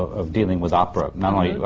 of dealing with opera, not only